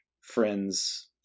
friend's